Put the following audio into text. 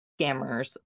scammers